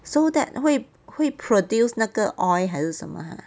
so that 会会 produce 那个 oil 还是什么 !huh!